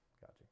Gotcha